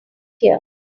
here